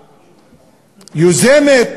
ויוזמת.